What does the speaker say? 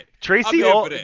Tracy